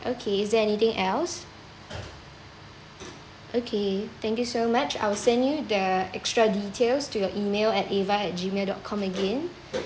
okay is there anything else okay thank you so much I will send you the extra details to your email at ava at gmail dot com again